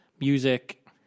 music